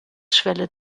schwelle